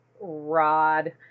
rod